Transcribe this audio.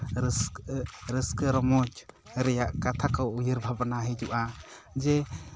ᱨᱟᱹᱥᱠᱟ ᱨᱟᱹᱥᱠᱟᱹ ᱨᱚᱢᱚᱡᱽ ᱨᱮᱭᱟᱜ ᱠᱟᱛᱷᱟ ᱠᱚ ᱩᱭᱦᱟᱹᱨ ᱵᱷᱟᱵᱽᱱᱟ ᱦᱤᱡᱩᱜᱼᱟ ᱡᱮ